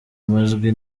majwi